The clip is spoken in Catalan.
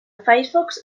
firefox